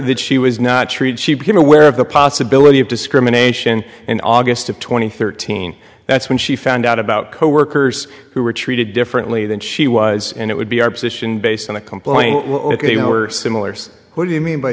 that she was not treated she became aware of the possibility of discrimination in august of two thousand and thirteen that's when she found out about coworkers who were treated differently than she was and it would be our position based on a complaint they were similar so what do you mean by